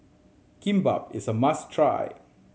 kimbap is a must try